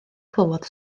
clywodd